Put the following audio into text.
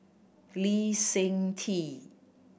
Lee Seng Tee